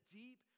deep